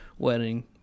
Wedding